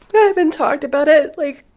but i haven't talked about it, like,